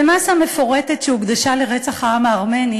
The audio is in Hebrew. במסה מפורטת שהוקדשה לרצח העם הארמני